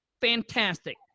fantastic